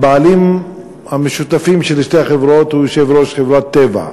הבעלים המשותפים של שתי החברות הוא יושב-ראש חברת "טבע".